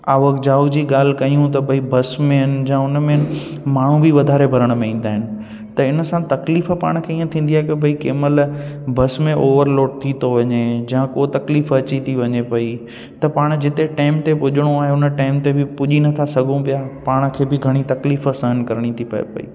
आवक जावक जी ॻाल्हि कयूं त भाई बसि में जा हुन में माण्हू बि वधारे भरण में ईंदा आहिनि त इन सां तकलीफ़ु पाण खे इअं थींदी आहे की भाई कंहिंमहिल बसि में ओवर लोड थी थो वञे जां को तकलीफ़ अची थी वञे पई त पाण जिते टेम ते पुॼणो आहे उन टेम ते बि पुॼी न था सघूं पिया पाण खे बि घणी तकलीफ़ु सहनु करिणी थी पए